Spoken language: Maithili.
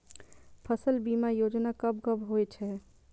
फसल बीमा योजना कब कब होय छै?